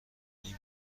این